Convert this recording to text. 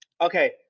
Okay